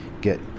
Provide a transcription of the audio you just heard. get